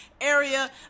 area